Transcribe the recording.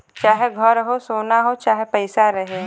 चाहे घर हो, सोना हो चाहे पइसा रहे